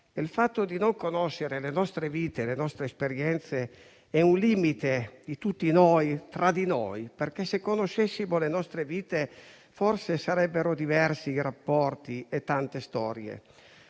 Il fatto di non conoscere le nostre vite e le nostre esperienze è un limite di tutti noi tra di noi perché, se conoscessimo le nostre vite, forse sarebbero diversi i rapporti e le storie.